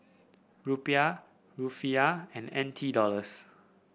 Rupiah Rufiyaa and N T Dollars